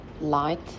Light